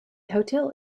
hotel